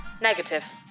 Negative